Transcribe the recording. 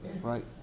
Right